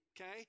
okay